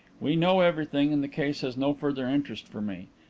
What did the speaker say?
we know everything, and the case has no further interest for me.